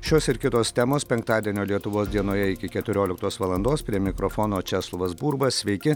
šios ir kitos temos penktadienio lietuvos dienoje iki keturioliktos valandos prie mikrofono česlovas burba sveiki